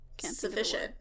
sufficient